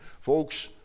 Folks